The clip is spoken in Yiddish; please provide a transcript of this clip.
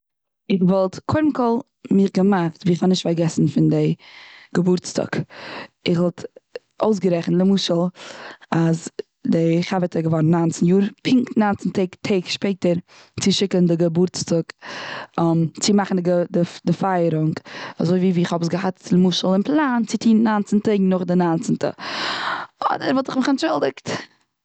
איך וואלט מיך קודם כל געמאכט ווי איך האב נישט פארגעסן פון די געבורטס טאג. איך וואלט אויסגערעכנט למשל אז די חבר'טע איז געווארן ניינצן יאר. פונקט ניינצן טעג שפעטער צו שיקן די געבורטס טאג צו מאכן די די פייערונג. אזוי ווי כ'האב עס געהאט למשל און פלאן עס צו טון ניינצן טעג נאך די ניינצעטע. אדער וואלט איך מיך אנטשולדיגט.